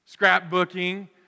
scrapbooking